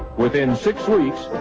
within six weeks,